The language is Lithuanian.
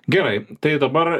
gerai tai dabar